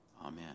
Amen